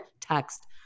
text